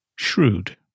Shrewd